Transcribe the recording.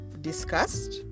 discussed